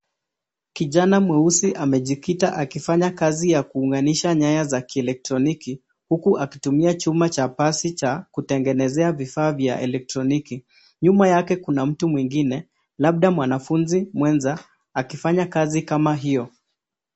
Kijana mweusi amejikita akifanya kazi ya kuunganisha nyaya za kielektroniki, huku akitumia chuma cha pasi cha kutengenezea vifaa vya elektroniki. Nyuma yake kuna mtu mwingine, labda mwanafunzi mwenza, akifanya kazi kama hio.